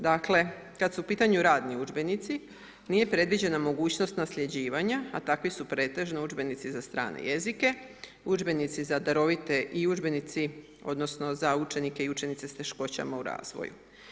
Dakle kada su u pitanju radni udžbenici nije predviđena mogućnost nasljeđivanja a takvi su pretežno udžbenici za strane jezike, udžbenici za darovite i udžbenici, odnosno za učenike i učenice s teškoćama u razvoju.